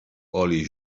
oli